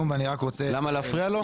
למה להפריע לו?